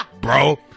Bro